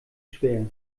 schwer